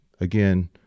Again